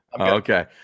Okay